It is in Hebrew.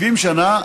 70 שנה,